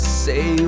say